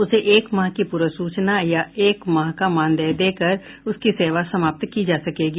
उसे एक माह की पूर्व सूचना या एक माह का मानदेय देकर उसकी सेवा समाप्त की जा सकेगी